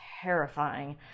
terrifying